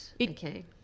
okay